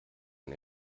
ein